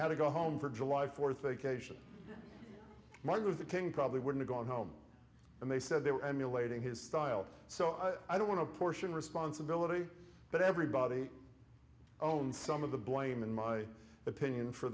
had to go home for july fourth vacation margaret the king probably wouldn't go on home and they said they were emulating his style so i don't want to portion responsibility but everybody own some of the blame in my opinion for